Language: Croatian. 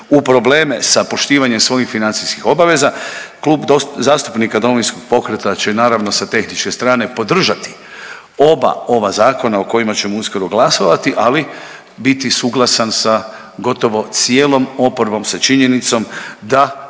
u probleme sa poštivanjem svojih financijskih obaveza Klub zastupnika Domovinskog pokreta će naravno sa tehničke strane podržati oba ova zakona o kojima ćemo uskoro glasovati, ali biti suglasan sa gotovo cijelom oporbom, sa činjenicom da